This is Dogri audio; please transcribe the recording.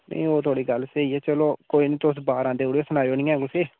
नेईं ओह् थुआढ़ी गल्ल स्हेई ऐ चलो कोई निं तुस बारां देई ओड़ेओ सनाएओ निं ऐ कुसै ई